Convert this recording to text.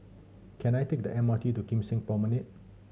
can I take the M R T to Kim Seng Promenade